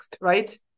right